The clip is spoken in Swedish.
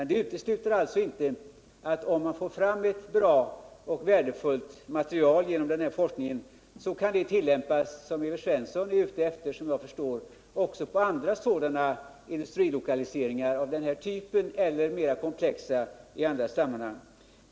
Det utesluter inte att om man får fram ett bra och värdefullt material genom den här forskningen kan det — vilket jag förstår att Evert Svensson är ute efter — användas i samband med andra industrilokaliseringar av den här typen eller mer komplexa lokaliseringar i andra sammanhang.